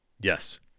Yes